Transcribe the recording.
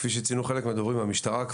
כפי שציינו חלק מהדוברים במשטרה,